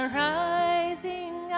rising